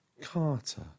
Carter